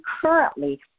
currently